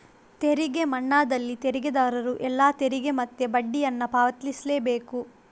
ತೆರಿಗೆ ಮನ್ನಾದಲ್ಲಿ ತೆರಿಗೆದಾರರು ಎಲ್ಲಾ ತೆರಿಗೆ ಮತ್ತೆ ಬಡ್ಡಿಯನ್ನ ಪಾವತಿಸ್ಲೇ ಬೇಕು